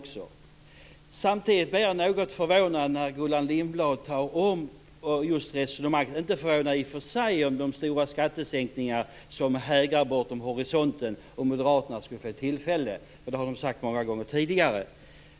Jag blir inte förvånad när Gullan Lindblad talar om de stora skattesänkningar som hägrar bortom horisonten om moderaterna skulle få tillfälle att bestämma - det har de sagt många gånger tidigare.